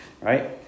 right